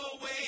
away